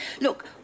Look